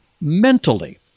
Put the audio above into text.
mentally